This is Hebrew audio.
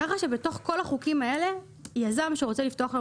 כך שבתוך כל החוקים הללו יזם שרוצה לפתוח היום